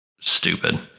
stupid